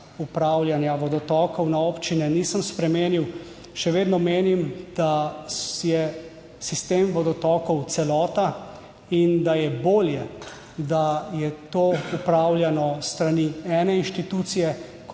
upravljanja vodotokov na občine nisem spremenil. Še vedno menim, da je sistem vodotokov celota, in da je bolje, da je to upravljano s strani ene inštitucije